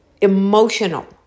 emotional